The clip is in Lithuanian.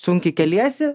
sunkiai keliesi